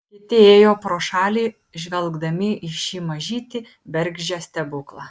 kiti ėjo pro šalį žvelgdami į šį mažytį bergždžią stebuklą